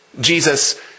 Jesus